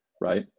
right